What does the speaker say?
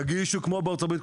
תגישו כמו בארצות הברית,